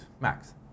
max